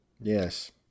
Yes